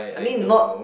I mean not